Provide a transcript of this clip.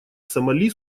сомали